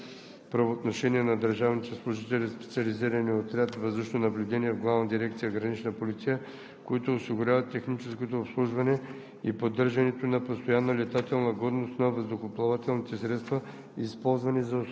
3. (3) Считано от 1 ноември 2020 г. се прекратяват служебните правоотношения на държавните служители в Специализирания отряд „Въздушно наблюдение“ в Главна дирекция „Гранична полиция“, които осигуряват техническото обслужване